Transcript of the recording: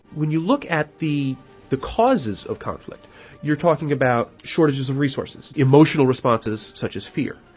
when you look at the the causes of conflict you're talking about shortages of resources, emotional responses such as fear.